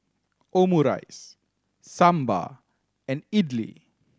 Omurice Sambar and Idili